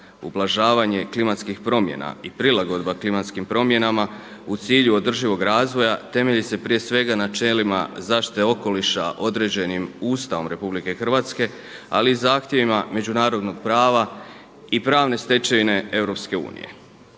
ublažavanje klimatskih promjena i prilagodba klimatskim promjenama u cilju održivog razvoja temelji se prije svega načelima zaštite okoliša određenim Ustavom RH, ali i zahtjevima međunarodnog prava i pravne stečevine EU.